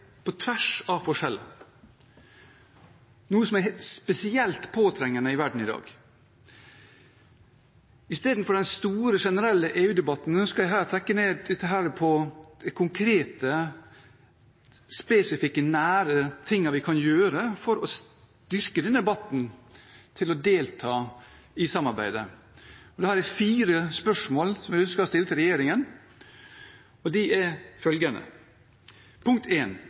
på tvers av forskjeller, noe som er spesielt påtrengende i verden i dag. Istedenfor den store, generelle EU-debatten skal jeg her trekke fram de konkrete, spesifikke, nære tingene vi kan gjøre for å styrke debatten om å delta i samarbeidet. Det er fire spørsmål jeg ønsker å stille regjeringen: Vil regjeringen nå besette stillingen Norge har i Europaparlamentet, som har stått ledig i tre år? Hvorfor står den fortsatt ledig, og